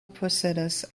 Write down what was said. posedas